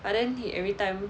but then he everytime